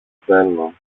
τέλος